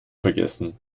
vergessen